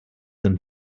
than